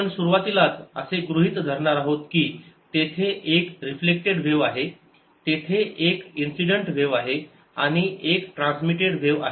आपण सुरुवातीलाच असे गृहीत धरणार आहोत की तेथे एक रिफ्लेक्टेड व्हेव आहे तेथे एक इन्सिडेंट व्हेव आहे आणि एक ट्रान्समिटेड व्हेव आहे